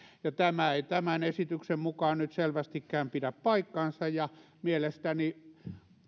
ja tämä ei tämän esityksen mukaan nyt selvästikään pidä paikkaansa mielestäni